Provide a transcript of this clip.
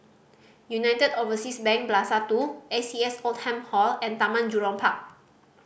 United Overseas Bank Plaza Two A C S Oldham Hall and Taman Jurong Park